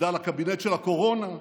מחדל הקבינט של הקורונה.